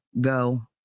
go